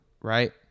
right